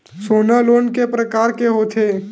सोना लोन के प्रकार के होथे?